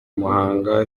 muhanga